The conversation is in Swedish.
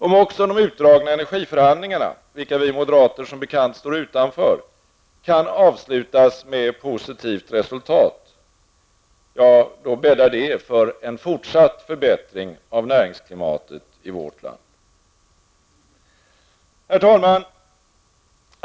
Om även de utdragna energiförhandlingarna, vilka vi moderater som bekant står utanför, kan avslutas med positivt resultat, bäddar det för fortsatt förbättring av näringsklimatet i vårt land. Herr talman!